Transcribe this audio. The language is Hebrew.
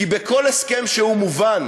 כי בכל הסכם שהוא מובן